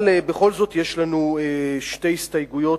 אבל בכל זאת יש לנו שתי הסתייגויות,